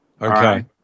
Okay